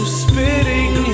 spitting